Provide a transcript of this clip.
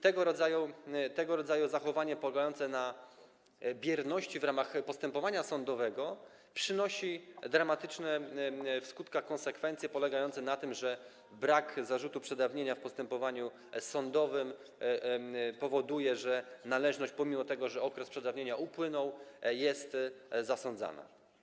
Tego rodzaju zachowanie polegające na bierności w ramach postępowania sądowego przynosi dramatyczne w skutkach konsekwencje polegające na tym, że brak zarzutu przedawnienia w postępowaniu sądowym powoduje, że należność, pomimo że okres przedawnienia upłynął, jest zasądzana.